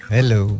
Hello